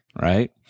Right